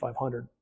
500